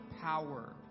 power